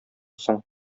соң